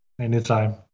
Anytime